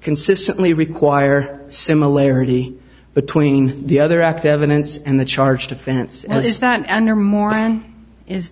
consistently require similarity between the other act evidence and the charged offense and is that